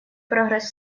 прогресс